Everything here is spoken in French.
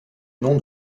nom